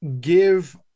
give